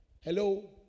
Hello